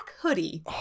hoodie